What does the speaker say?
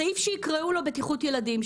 סעיף שיקראו לו בטיחות ילדים,